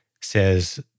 says